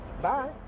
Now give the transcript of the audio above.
Bye